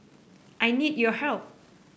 I need your help